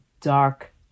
dark